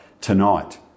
tonight